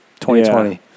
2020